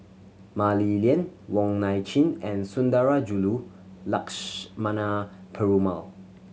Mah Li Lian Wong Nai Chin and Sundarajulu Lakshmana Perumal